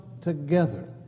together